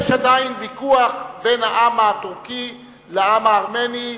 יש עדיין ויכוח בין העם הטורקי לעם הארמני.